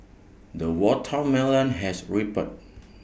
the watermelon has ripened